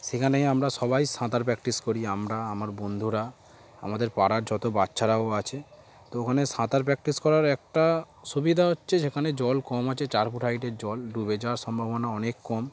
সেখানেই আমরা সবাই সাঁতার প্র্যাকটিস করি আমরা আমার বন্ধুরা আমাদের পাড়ার যত বাচ্চারাও আছে তো ওখানে সাঁতার প্র্যাকটিস করার একটা সুবিধা হচ্ছে যে এখানে জল কম আছে চার ফুট হাইটের জল ডুবে যাওয়ার সম্ভাবনা অনেক কম